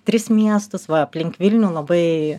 tris miestus va aplink vilnių labai